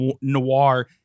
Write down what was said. noir